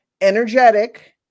energetic